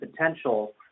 potential